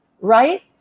right